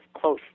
close